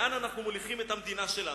לאן אנחנו מוליכים את המדינה שלנו?